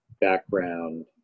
background